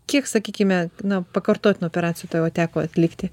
kiek sakykime na pakartotinų operacijų tau va teko atlikti